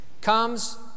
comes